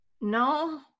No